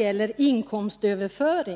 Om inkomstöverföring står